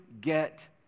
get